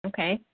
Okay